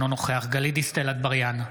אינו נוכח גלית דיסטל אטבריאן,